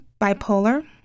bipolar